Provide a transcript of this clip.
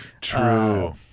True